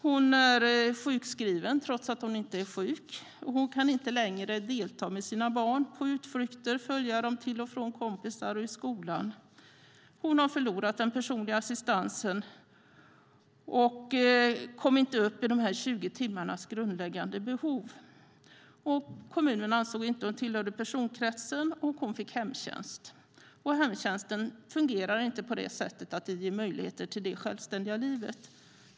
Hon är sjukskriven trots att hon inte är sjuk, och hon kan inte längre delta med sina barn på utflykter eller följa dem till och från kompisar och till skolan. Hon har förlorat den personliga assistansen och kom inte upp i de 20 timmarnas grundläggande behov. Kommunen ansåg inte att hon tillhörde personkretsen, och hon fick hemtjänst. Hemtjänsten fungerar inte på det sättet att den ger möjlighet till ett självständigt liv.